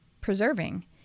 preserving